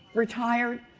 retired,